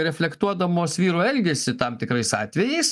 reflektuodamos vyrų elgesį tam tikrais atvejais